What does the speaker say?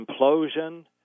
implosion